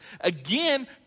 Again